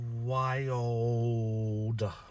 wild